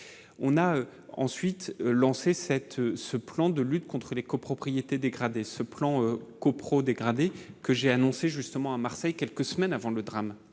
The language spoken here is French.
on a ensuite lancé cette ce plan de lutte contre les copropriétés dégradées ce plan co-prod dégradé que j'ai annoncé justement à Marseille, quelques semaines avant le drame